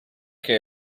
che